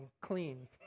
clean